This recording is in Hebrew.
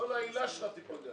כל ההילה שלך תיפגע.